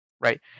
Right